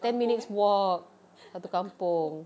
ten minutes walk satu kampung